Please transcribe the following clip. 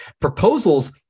Proposals